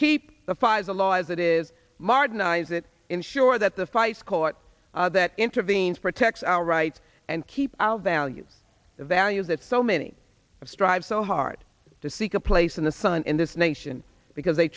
keep the files the law as it is martin eyes it ensure that the feis court that intervenes protects our rights and keep our values the values that so many of strive so hard to seek a place in the sun in this nation because they